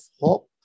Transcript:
hope